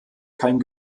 kein